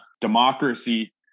democracy